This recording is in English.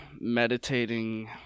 meditating